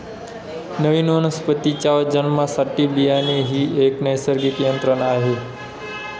नवीन वनस्पतीच्या जन्मासाठी बियाणे ही एक नैसर्गिक यंत्रणा आहे